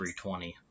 320